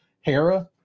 Hera